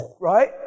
Right